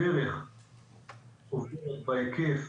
הדרך בהיקף